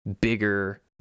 bigger